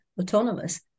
autonomous